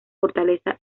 fortaleza